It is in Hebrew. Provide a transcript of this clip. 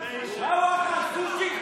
מה הוא אכל,